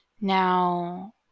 Now